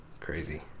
crazy